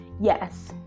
yes